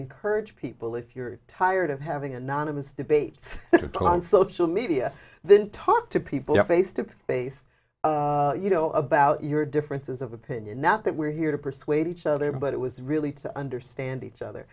encourage people if you're tired of having anonymous debates on social media then talk to people face to face you know about your differences of opinion not that we're here to persuade each other but it was really to understand each other